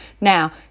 now